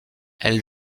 elle